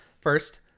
first